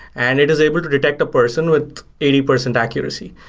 and it is able to detect a person with eighty percent accuracy.